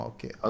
Okay